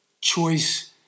choice